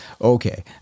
okay